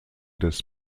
des